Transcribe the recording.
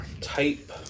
type